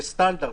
כסטנדרט,